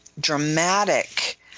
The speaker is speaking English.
dramatic